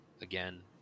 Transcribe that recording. Again